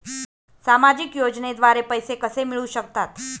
सामाजिक योजनेद्वारे पैसे कसे मिळू शकतात?